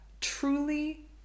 truly